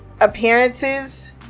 appearances